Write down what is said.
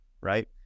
right